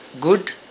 good